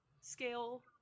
scale